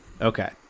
Okay